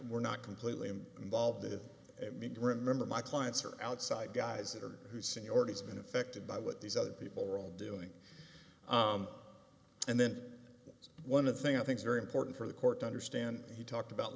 were not completely i'm involved in remember my clients are outside guys that are who seniority has been affected by what these other people are all doing and then one of the things i think is very important for the court to understand he talked about